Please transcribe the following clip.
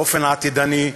באופן עתידני,